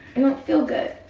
i don't feel good.